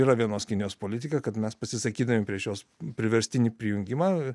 yra vienos kinijos politika kad mes pasisakydami prieš jos priverstinį prijungimą